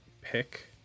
pick